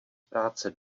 práce